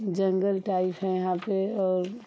जंगल type है यहाँ पर और